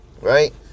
Right